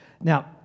Now